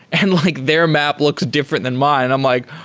and like their map looks different than mine. i'm like,